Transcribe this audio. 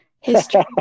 history